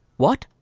what?